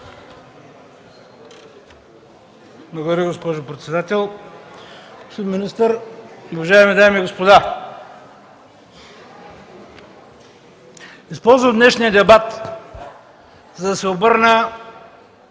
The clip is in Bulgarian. Благодаря, госпожо председател. Господин министър, уважаеми дами и господа! Използвам днешния дебат, за да се обърна